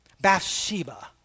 Bathsheba